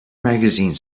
magazine